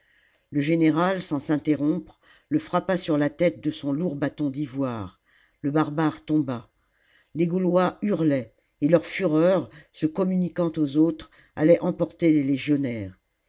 le général sans s'interrompre le frappa sur la tête de son lourd bâton d'ivoire le barbare tomba les gaulois hurlaient et leur fureur se communiquant aux autres allait emporter les légionnaires